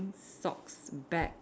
socks bag